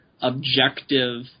objective